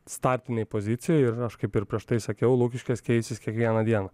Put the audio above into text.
startinėj pozicijoj ir aš kaip ir prieš tai sakiau lukiškės keisis kiekvieną dieną